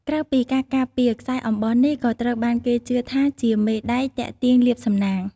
ក្រៅពីការការពារ ខ្សែអំបោះនេះក៏ត្រូវបានគេជឿថាជា មេដែកទាក់ទាញលាភសំណាង។